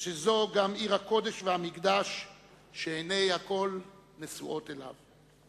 שזו עיר הקודש והמקדש שעיני הכול נשואות אליו.